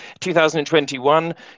2021